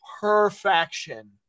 Perfection